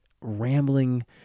rambling